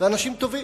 ואנשים טובים,